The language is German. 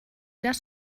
das